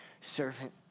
servant